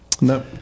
No